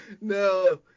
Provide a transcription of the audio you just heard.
no